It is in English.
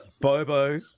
Bobo